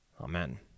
Amen